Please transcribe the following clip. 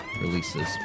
releases